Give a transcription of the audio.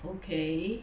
okay